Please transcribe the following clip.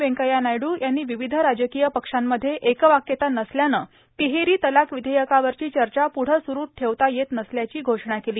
व्यंकथ्या नायडू यांनी विविध राजकीय पक्षांमध्ये एकवाक्यता नसल्यानं तिहेरी तलाक विधेयकावरची चर्चा पुढं सुरू ठेवता येत नसल्याची घोषणा केली